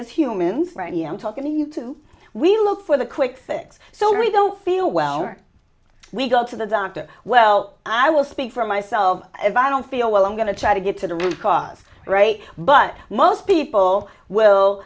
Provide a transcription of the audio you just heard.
as humans right now i'm talking to you too we look for the quick fix so we don't feel well or we go to the doctor well i will speak for myself if i don't feel well i'm going to try to get to the root cause right but most people will